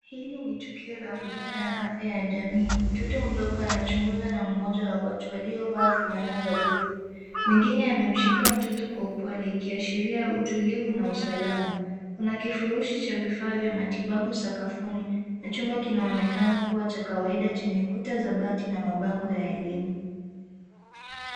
Hili ni tukio la huduma ya afya ya jamii. Mtoto mdogo anachunguzwa na mmoja wa watu waliovaa fulana za bluu. Mwingine amemshika mtoto kwa upole ikiashiria utulivu na usalama. Kuna kifurushi cha vifaa vya matibabu sakafuni, na chumba kinaonekana kuwa cha kawaida chenye kuta za bati na mabango ya elimu.